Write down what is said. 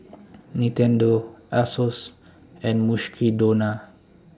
Nintendo Asos and Mukshidonna